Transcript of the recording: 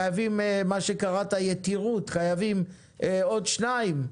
חייבים מה שקראת לו יתירות, חייבים עוד שניים,